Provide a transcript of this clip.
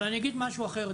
אבל אני אגיד משהו אחר,